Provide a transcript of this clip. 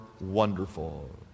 wonderful